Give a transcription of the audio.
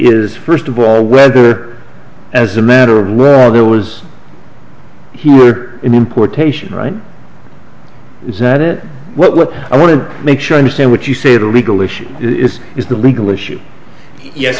is first of all whether as a matter of where there was he were in importation right is that it what i want to make sure i understand what you say to a legal issue is is the legal issue yes